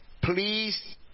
please